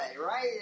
right